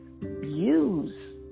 Use